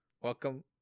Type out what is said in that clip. welcome